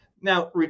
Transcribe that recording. Now